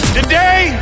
today